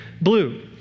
blue